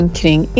kring